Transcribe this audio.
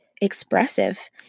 expressive